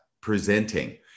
presenting